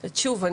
שוב,